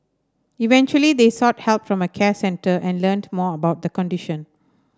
eventually they sought help from a care centre and learnt more about the condition